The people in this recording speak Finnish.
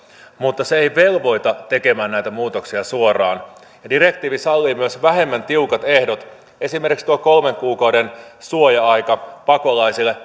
mutta se ei velvoita tekemään näitä muutoksia suoraan direktiivi sallii myös vähemmän tiukat ehdot esimerkiksi tuo kolmen kuukauden suoja aika pakolaisille